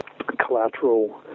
collateral